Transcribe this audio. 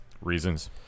Reasons